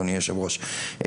אדוני היושב ראש,